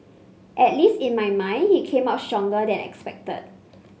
at least in my mind he came out stronger than expected